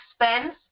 expense